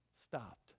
stopped